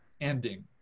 ending